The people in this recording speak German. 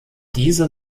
diese